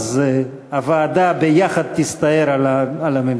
ואז הוועדה ביחד תסתער על הממצאים.